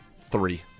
three